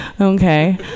Okay